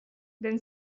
then